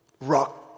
rock